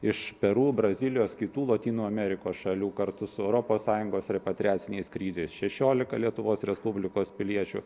iš peru brazilijos kitų lotynų amerikos šalių kartu su europos sąjungos repatrijaciniais skrydžiais šešiolika lietuvos respublikos piliečių